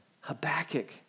Habakkuk